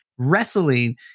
wrestling